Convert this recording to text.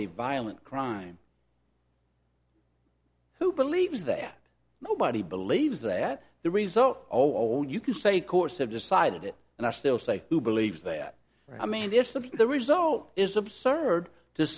a violent crime who believes that nobody believes that the result all you can say courts have decided it and i still say who believes that i mean this that the result is absurd